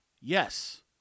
Yes